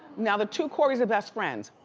now, the two coreys are best friends.